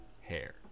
hair